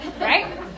right